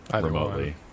remotely